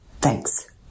Thanks